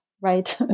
right